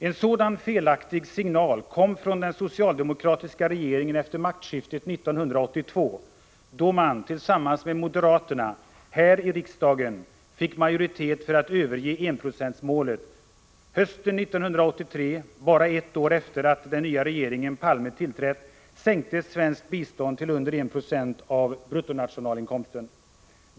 En sådan felaktig signal kom från den socialdemokratiska regeringen efter maktskiftet 1982, då man — tillsammans med moderaterna — här i riksdagen fick majoritet för att överge enprocentsmålet. Hösten 1983, bara ett år efter det att den nya regeringen Palme tillträtt, sänktes svenskt bistånd till under 1 20 av bruttonationalinkomsten.